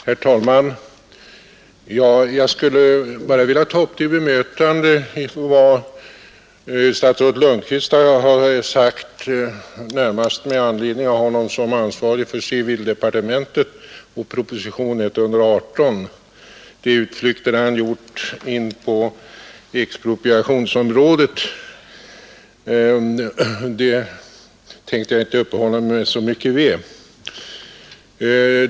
Herr talman! Jag vill ta upp till bemötande vad statsrådet Lundkvist har sagt som ansvarig för civildepartementet och propositionen 118. De utflykter han gjort in på expropriationsområdet tänker jag inte uppehålla mig så mycket vid.